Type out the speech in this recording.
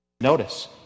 Notice